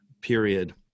period